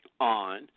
on